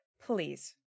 Please